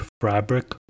fabric